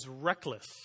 reckless